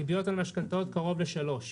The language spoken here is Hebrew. ריביות על משכנתאות קרוב לשלוש.